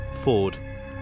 Ford